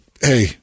hey